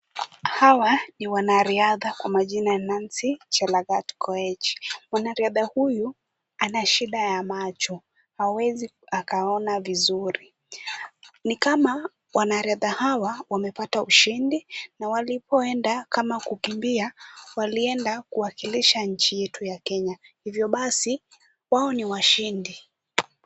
Hawa ni wanariadha kwa majina Nancy Chelagat Koech. Mwanariadha huyu ana shida ya macho, hawezi akaona vizuri. Ni kama wanariadha hawa wamepata ushindi na walipoenda kama kukimbia walienda kuwakilisha nchi yetu ya Kenya. Hivyo basi, wao ni washindi.